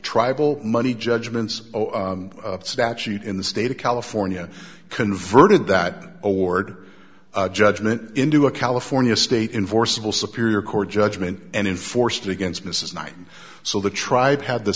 tribal money judgments statute in the state of california converted that award judgment into a california state in forcible superior court judgment and enforced against mrs knight so the tribe had the